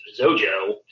Zojo